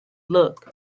look